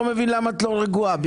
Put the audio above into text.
למה את לא רגועה.